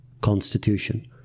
constitution